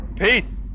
Peace